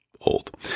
old